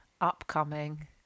upcoming